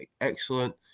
excellent